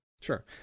Sure